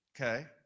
Okay